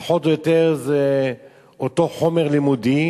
פחות או יותר זה אותו חומר לימודי,